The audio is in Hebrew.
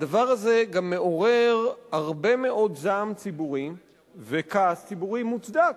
הדבר הזה גם מעורר הרבה זעם ציבורי וכעס ציבורי מוצדק,